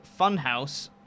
Funhouse